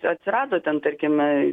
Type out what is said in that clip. atsirado ten tarkime